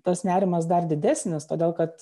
tas nerimas dar didesnis todėl kad